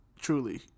truly